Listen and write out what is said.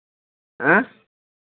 हाँ